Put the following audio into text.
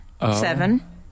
seven